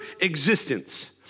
existence